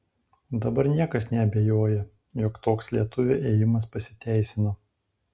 dabar niekas neabejoja jog toks lietuvio ėjimas pasiteisino